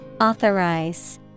Authorize